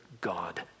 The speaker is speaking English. God